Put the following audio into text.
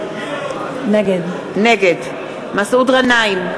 נגד מסעוד גנאים,